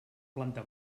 planta